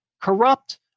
Corrupt